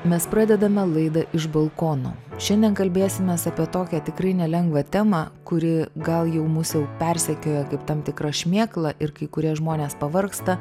mes pradedame laidą iš balkono šiandien kalbėsimės apie tokią tikrai nelengvą temą kuri gal jau mus jau persekioja kaip tam tikrą šmėkla ir kai kurie žmonės pavargsta